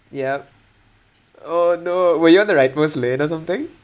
yup oh no were you all the right most lane or something